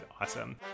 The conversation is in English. awesome